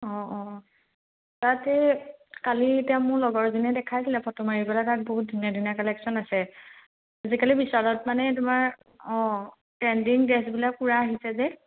অঁ অঁ তাত এই কালি এতিয়া মোৰ লগৰজনে দেখাইছিলে ফটো মাৰি পেলাই তাত বহুত ধুনীয়া ধুনীয়া কালেকশ্যন আছে আজিকালি বিশালত মানে তোমাৰ অঁ ট্ৰেণ্ডিং ড্ৰেছবিলাক পূৰা আহিছে যে